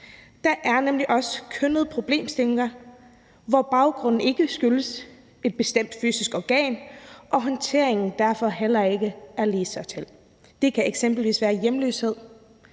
Der er nemlig også kønnede problemstillinger, hvor baggrunden ikke skyldes et bestemt fysisk organ, og håndteringen derfor heller ikke er så ligetil. Det kan eksempelvis være hjemløshed,